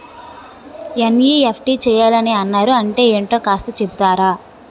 NEFT చేయాలని అన్నారు అంటే ఏంటో కాస్త చెపుతారా?